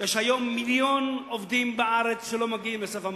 יש היום מיליון עובדים בארץ שלא מגיעים לסף המס.